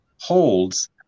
holds